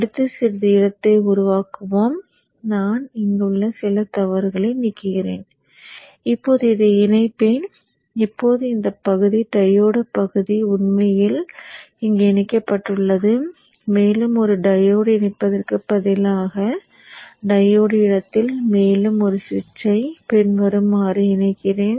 அடுத்து சிறிது இடத்தை உருவாக்குவோம் நான் இங்குள்ள சில தவறுகளை நீக்குகிறேன் இப்போது இதை இணைப்பேன் இப்போது இந்த பகுதி டையோடு பகுதி உண்மையில் இங்கே இணைக்கப்பட்டுள்ளது மேலும் ஒரு டையோடு இணைப்பதற்குப் பதிலாக டையோடு இடத்தில் மேலும் ஒரு சுவிட்சை பின்வருமாறு இணைக்கிறேன்